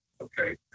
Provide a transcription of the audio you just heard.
Okay